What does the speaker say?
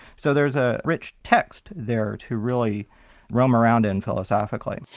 so there's a rich text there to really roam around in philosophically.